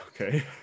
Okay